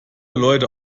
leute